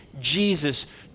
Jesus